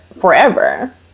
forever